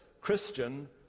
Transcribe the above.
Christian